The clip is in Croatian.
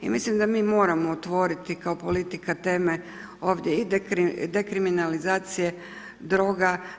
I mislim da mi moramo otvoriti kao politika teme ovdje i dekriminalizacije droga.